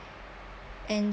and